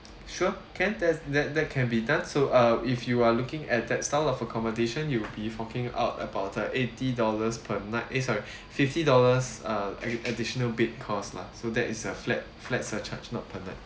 sure can that's that that can be done so uh if you are looking at that style of accommodation you'll be forking out about uh eighty dollars per night eh sorry fifty dollars uh addi~ additional bed cost lah so that is a flat flat surcharge not per night